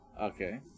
Okay